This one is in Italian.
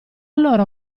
loro